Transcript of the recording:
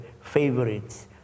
favorites